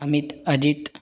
Amit Ajit